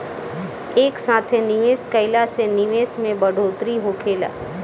एक साथे निवेश कईला से निवेश में बढ़ोतरी होखेला